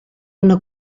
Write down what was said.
una